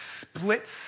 splits